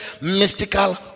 mystical